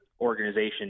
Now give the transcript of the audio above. organization